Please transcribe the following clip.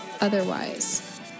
otherwise